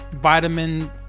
vitamin